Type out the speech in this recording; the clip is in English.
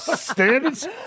standards